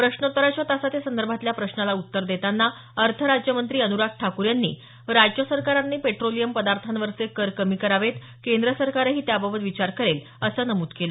प्रश्नोत्तराच्या तासात या संदर्भातल्या प्रश्नांना उत्तर देताना अर्थ राज्य मंत्री अनुराग ठाकूर यांनी राज्य सरकारांनी पेट्रोलियम पदार्थांवरचे कर कमी करावेत केंद्र सरकारही त्याबाबत विचार करेल असं नमूद केलं